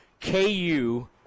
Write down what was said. KU